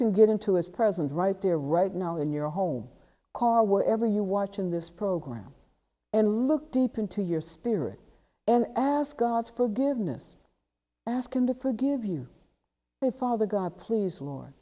can get into his presence right there right now in your home car wherever you watch in this program and look deep into your spirit and ask god's forgiveness ask him to forgive you my father god please